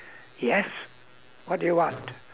yes what do you want